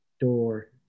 door